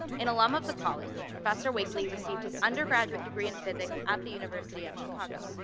an alum of the college, professor wakely received his undergraduate degree in physics at the university of chicago.